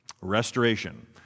Restoration